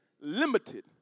limited